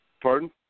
Pardon